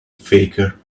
faker